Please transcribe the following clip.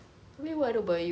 habis what about you